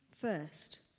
first